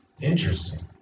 Interesting